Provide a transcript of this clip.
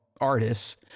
artists